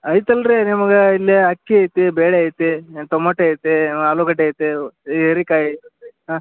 ಐತೆ ಅಲ್ಲರೀ ನಿಮಗೆ ಇಲ್ಲಿ ಅಕ್ಕಿ ಐತೆ ಬೇಳೆ ಐತಿ ಏನು ಟಮೊಟೆ ಐತೆ ಆಲೂಗಡ್ಡೆ ಐತೆ ಹೀರೆಕಾಯಿ ಹಾಂ